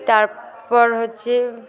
তারপর হচ্ছে